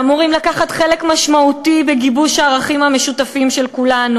שאמורים לקחת חלק משמעותי בגיבוש הערכים המשותפים של כולנו,